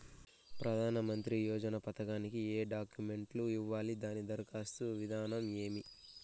ప్రధానమంత్రి యోజన పథకానికి ఏ డాక్యుమెంట్లు ఇవ్వాలి దాని దరఖాస్తు విధానం ఏమి